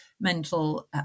mental